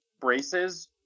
braces